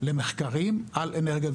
למחקרים על אנרגיות.